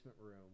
room